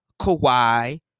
Kawhi